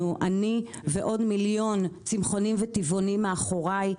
זה חשוב לי ולעוד מיליון צמחונים וטבעונים מאחוריי,